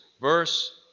Verse